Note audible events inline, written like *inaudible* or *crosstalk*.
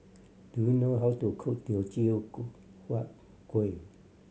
do you know how to cook teochew *unintelligible* huat kuih